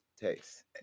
Taste